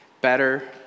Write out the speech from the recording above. better